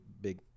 big